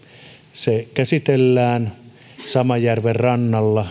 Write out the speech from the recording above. se käsitellään saman järven rannalla